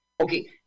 Okay